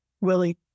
Willie